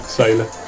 sailor